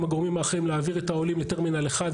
הגורמים האחרים להעביר את העולים לטרמינל 1,